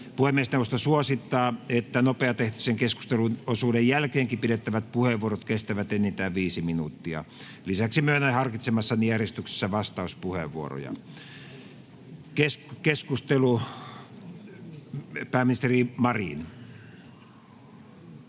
Puhemiesneuvosto suosittaa, että nopeatahtisen keskusteluosuuden jälkeenkin pidettävät puheenvuorot kestävät enintään viisi minuuttia. Lisäksi myönnän harkitsemassani järjestyksessä vastauspuheenvuoroja. Keskustelu, pääministeri Marin.